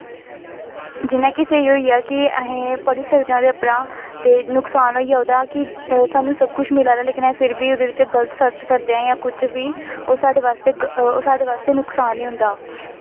जि'यां कि स्हेई होई गेआ कि पढ़ी सकदे आं ओह्दे उप्परा दा ते नुकसान होई गेआ ओह्दा कि सानूं सब कुछ मिलादा पर अस फिर बी गल्त सर्च करदे आं जां कुछ बी ओह् साढ़े बास्तै नुकसान ही होंदा